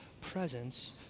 presence